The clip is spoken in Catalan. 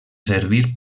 servir